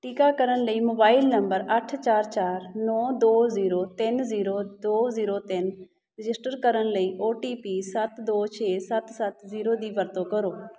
ਟੀਕਾਕਰਨ ਲਈ mobile number ਅੱਠ ਚਾਰ ਚਾਰ ਨੌਂ ਦੋ ਜ਼ੀਰੋ ਤਿੰਨ ਜ਼ੀਰੋ ਦੋ ਜ਼ੀਰੋ ਤਿੰਨ ਰਜਿਸਟਰ ਕਰਨ ਲਈ ਓ ਟੀ ਪੀ ਸੱਤ ਦੋ ਛੇ ਸੱਤ ਸੱਤ ਜ਼ੀਰੋ ਦੀ ਵਰਤੋਂ ਕਰੋ